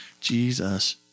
Jesus